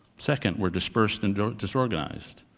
second, were dispersed and disorganized.